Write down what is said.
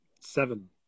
seven